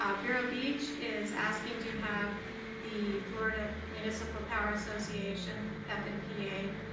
um vero beach is asking to have the florida municipal power association, fmpa.